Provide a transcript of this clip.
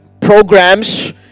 programs